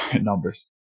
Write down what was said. numbers